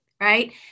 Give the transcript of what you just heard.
right